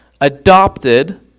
adopted